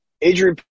Adrian